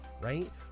right